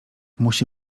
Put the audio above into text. musi